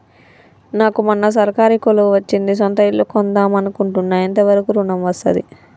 నాకు మొన్న సర్కారీ కొలువు వచ్చింది సొంత ఇల్లు కొన్దాం అనుకుంటున్నా ఎంత వరకు ఋణం వస్తది?